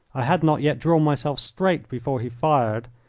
i had not yet drawn myself straight before he fired,